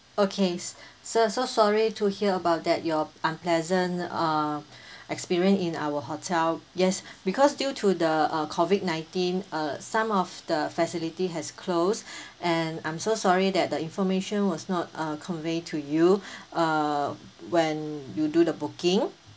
okay s~ sir so sorry to hear about that your unpleasant uh experience in our hotel yes because due to the uh COVID nineteen uh some of the facility has closed and I'm so sorry that the information was not uh convey to you uh when you do the booking